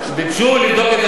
ביקשו לבדוק את